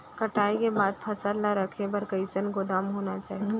कटाई के बाद फसल ला रखे बर कईसन गोदाम होना चाही?